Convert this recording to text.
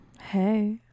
Hey